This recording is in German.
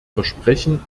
versprechen